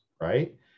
right